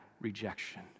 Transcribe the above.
rejection